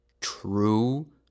true